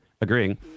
Agreeing